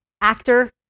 actor